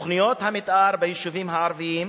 ותוכניות המיתאר ביישובים הערביים,